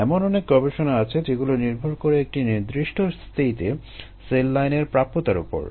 এমন অনেক গবেষণা আছে যেগুলো নির্ভর করে একটি নির্দিষ্ট স্টেটে সেল লাইনের প্রাপ্যতার উপর